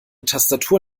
tastatur